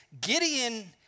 Gideon